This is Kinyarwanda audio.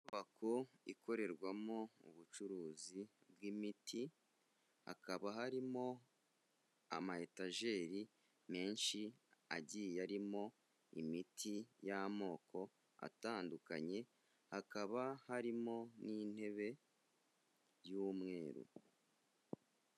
Inyubako ikorerwamo ubucuruzi bw'imiti, hakaba harimo amayetajeri menshi agiye arimo imiti y'amoko atandukanye, hakaba harimo n'intebe y'umweru.